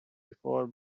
before